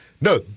No